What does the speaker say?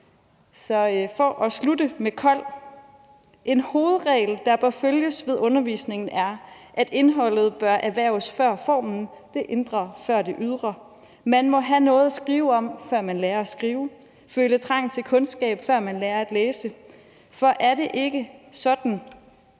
jeg gerne citere Kold: En hovedregel, der bør følges ved undervisningen, er, at indholdet bør erhverves før formen, det indre før det ydre. Man må have noget at skrive om, før man lærer at skrive, føle trang til kundskab, før man lærer at læse, for at det ikke skal